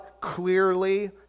clearly